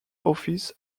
office